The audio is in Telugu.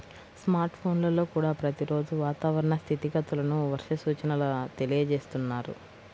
స్మార్ట్ ఫోన్లల్లో కూడా ప్రతి రోజూ వాతావరణ స్థితిగతులను, వర్ష సూచనల తెలియజేస్తున్నారు